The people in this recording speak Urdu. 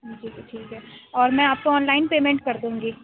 بالکل ٹھیک ہے اور میں آپ کو آن لائن پیمنٹ کر دوں گی